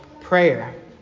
prayer